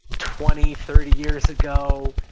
twenty, thirty years ago,